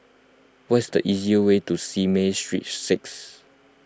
what is the easiest way to Simei Street six